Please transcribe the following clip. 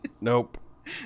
Nope